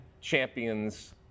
champions